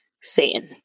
Satan